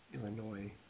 Illinois